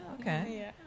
Okay